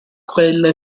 cappella